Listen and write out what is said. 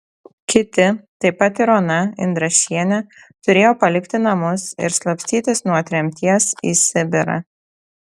kiti taip pat ir ona indrašienė turėjo palikti namus ir slapstytis nuo tremties į sibirą